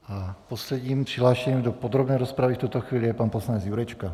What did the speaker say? A posledním přihlášeným do podrobné rozpravy v tuto chvíli je pan poslanec Jurečka.